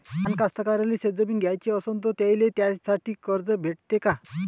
लहान कास्तकाराइले शेतजमीन घ्याची असन तर त्याईले त्यासाठी कर्ज भेटते का?